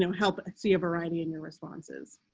help see a variety in your responses.